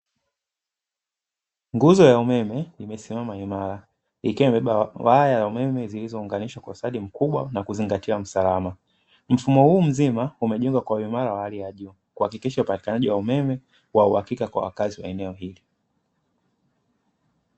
Nguzo ya umeme imesimama, imara ikiwa imebeba waya wa umeme zilizounganishwa kwa ustadi mkubwa na kuzingatia usalama. Mfumo huu mzima umejengwa kwa uimara wa hali ya juu kuhakikisha upatikanaji wa uhakika kwa wakazi wa eneo hili